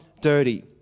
dirty